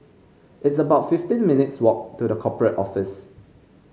it's about fifteen minutes' walk to The Corporate Office